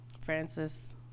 Francis